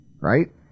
right